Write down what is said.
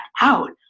out